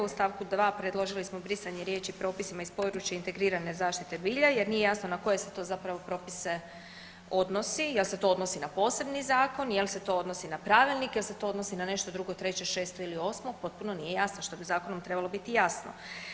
U stavku 2. predložili smo brisanje riječi „propisima iz područja integrirane zaštite bilja“ jer nije jasno na koje se to zapravo propise odnosi, jel' se to odnosi na posebni zakon, jel' se to odnosi na pravilnik, jel' se to odnosi na nešto drugo, treće, šesto ili osmo potpuno nije jasno što bi zakonom trebalo biti jasno.